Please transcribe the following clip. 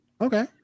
okay